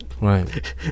Right